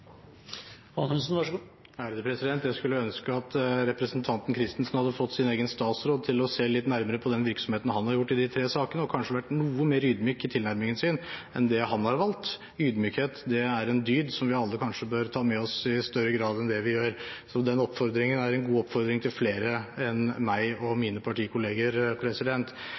Jeg skulle ønske at representanten Christensen hadde fått sin egen statsråd til å se litt nærmere på den virksomheten han har gjort i de tre sakene, og kanskje vært noe mer ydmyk i tilnærmingen sin enn det han har valgt å være. Ydmykhet er en dyd, som vi alle kanskje i større grad enn det vi gjør, bør ta med oss. Den oppfordringen er en god oppfordring til flere enn meg og mine partikolleger.